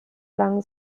lang